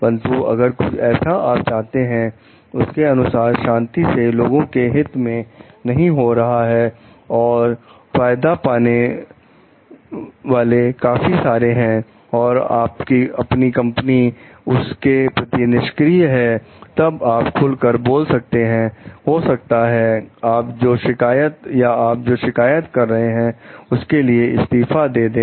परंतु अगर कुछ जैसा आप चाहते हैं उसके अनुसार शांति से लोगों के हित में नहीं हो रहा है और फायदा पाने वाले काफी सारे हैं और आपकी कंपनी उसके प्रति निष्क्रिय है तब आप खुल कर बोल सकते हैं और हो सकता है या आप जो शिकायत कर रहे हैं उसके लिए इस्तीफा दे दें